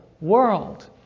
world